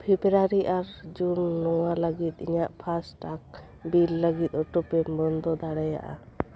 February ᱟᱨ June ᱱᱚᱣᱟ ᱞᱟᱹᱜᱤᱫ ᱤᱧᱟᱹᱜ ᱯᱷᱟᱥᱴᱮᱠ ᱵᱤᱞ ᱞᱟ ᱜᱤᱫ ᱳᱴᱤᱯᱤ ᱵᱚᱱᱫᱚ ᱫᱟᱲᱮᱭᱟᱜᱼᱟ